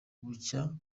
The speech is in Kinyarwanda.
bucya